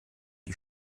die